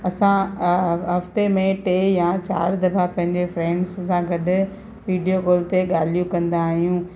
असां हफ़्ते में टे या चार दफ़ा पंहिंजे फ़्रेंडस सां गॾु वीडियो कॉल ते ॻाल्हियूं कंदा आहियूं